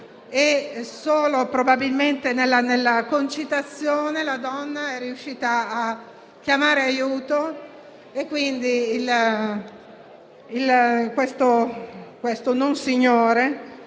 Probabilmente nella concitazione, la donna è riuscita a chiamare aiuto, quindi questo non signore